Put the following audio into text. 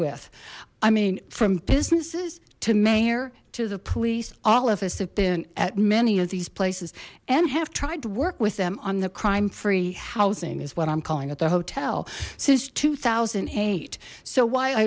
with i mean from businesses to mayor to the police all of us have been at many of these places and have tried to work with them on the crime free housing is what i'm calling at their hotel since two thousand and eight so why i